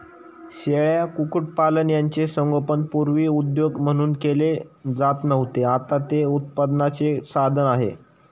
शेळ्या, कुक्कुटपालन यांचे संगोपन पूर्वी उद्योग म्हणून केले जात नव्हते, आता ते उत्पन्नाचे साधन आहे